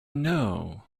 know